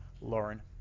lauren